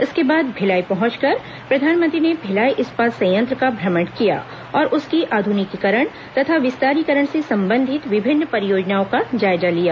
इसके बाद भिलाई पहुंचकर प्रधानमंत्री ने भिलाई इस्पात संयंत्र का भ्रमण किया और उसकी आधुनिकीकरण तथा विस्तारीकरण से संबंधित विभिन्न परियोजनाओं का जायजा लिया